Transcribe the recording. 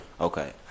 okay